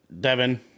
Devin